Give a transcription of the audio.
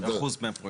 אחוז מהפרויקט.